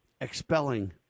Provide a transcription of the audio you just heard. expelling